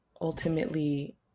Ultimately